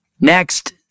Next